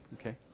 Okay